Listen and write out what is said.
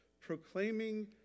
proclaiming